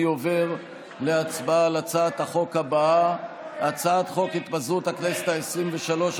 אני עובר להצבעה על הצעת החוק הבאה: התפזרות הכנסת העשרים-ושלוש,